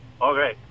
Okay